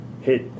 hit